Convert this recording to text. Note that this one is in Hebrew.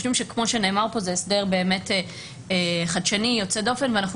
כמו שנאמר כאן זה הסדר באמת חדשני ויוצא דופן ואנחנו